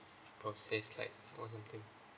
process like or something